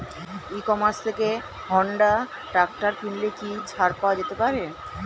ই commerce থেকে Honda tractor কিনলে কি ছাড় পাওয়া যেতে পারে?